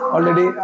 Already